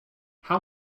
how